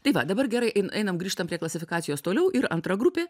tai va dabar gerai ein einam grįžtam prie klasifikacijos toliau ir antra grupė